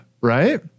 Right